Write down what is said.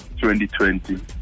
2020